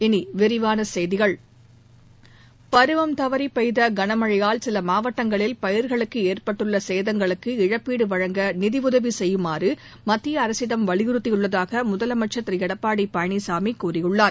இனி விரிவான செய்திகள் பருவம் தவறி பெய்த கனமழையால சில மாவட்டங்களில் பயிர்களுக்கு ஏற்பட்டுள்ள சேதங்களுக்கு இழப்பீடு வழங்க நிதியுதவி செய்யுமாறு மத்திய அரசிடம் வலியுறுத்தியுள்ளதாக முதலமைச்சர் திரு எடப்பாடி பழனிசாமி கூறியுள்ளார்